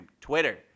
Twitter